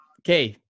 okay